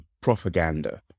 propaganda